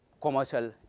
commercial